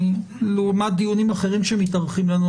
לעומת דיונים אחרים שמתארכים אצלנו,